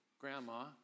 Grandma